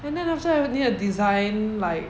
and then after that need to design like